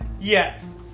Yes